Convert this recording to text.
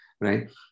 right